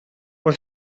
was